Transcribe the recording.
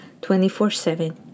24-7